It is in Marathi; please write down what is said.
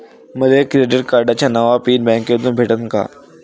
मले क्रेडिट कार्डाचा नवा पिन बँकेमंधून भेटन का?